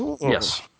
Yes